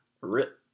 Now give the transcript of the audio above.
Rip